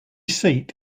seat